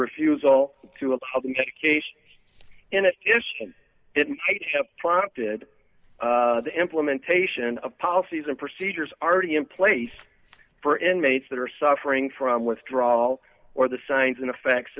refusal to a public education in addition didn't have prompted the implementation of policies and procedures are already in place for inmates that are suffering from withdrawal or the signs and effects